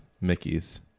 Mickey's